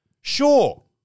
Sure